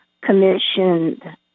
commissioned